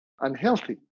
unhealthy